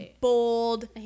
bold